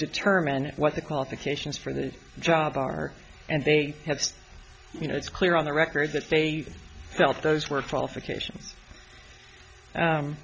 determine what the qualifications for the job are and they have you know it's clear on the record that they felt those were